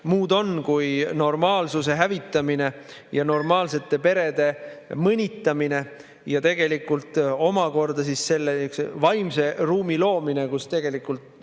muud on kui normaalsuse hävitamine ja normaalsete perede mõnitamine ja tegelikult omakorda sellise vaimse ruumi loomine, kus laste